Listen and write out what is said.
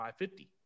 550